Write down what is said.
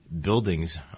buildings